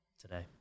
today